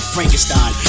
Frankenstein